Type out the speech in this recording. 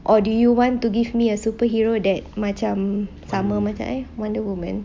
or do you want to give me a superhero that macam sama dengan I wonder woman